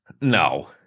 No